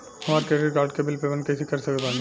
हमार credit card के bill payment कइसे कर सकत बानी?